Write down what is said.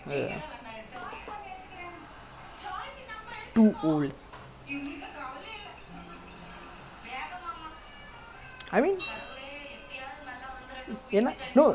இல்ல:illa I think அவங்க நெனைக்குறாங்க:avanga nenaikkuraanga maybe like twenty five is like you know your teenage like something like your your potential like working potential like shit like that although eighteen also something like that but maybe twenty five worse lah maybe